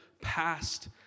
past